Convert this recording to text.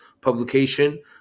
publication